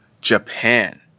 Japan